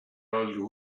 old